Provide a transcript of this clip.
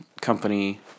company